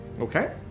okay